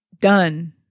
done